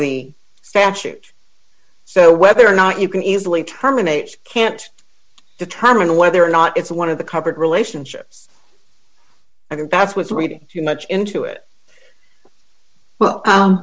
the statute so whether or not you can easily terminate can't determine whether or not it's one of the covered relationships i think that's was reading too much into it well